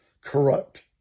corrupt